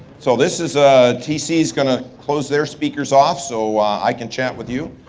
so this is a, tc's gonna close their speakers off so i can chat with you.